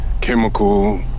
chemical